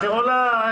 מי בעד?